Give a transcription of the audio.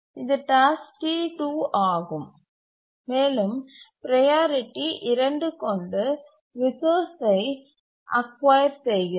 இது task T2 ஆகும் மேலும் ப்ரையாரிட்டி 2 கொண்டு ரிசோர்ஸ்சை அக்வயர் செய்கிறது